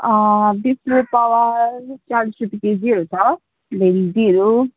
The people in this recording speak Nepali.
बिस रुपियाँ पावा चालिस रुपियाँ केजीहरू छ भिन्डीहरू